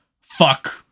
Fuck